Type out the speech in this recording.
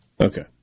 Okay